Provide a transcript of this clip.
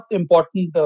important